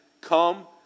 Come